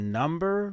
number